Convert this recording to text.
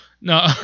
No